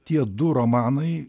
tie du romanai